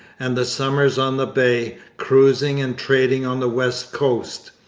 and the summers on the bay, cruising and trading on the west coast.